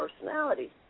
personality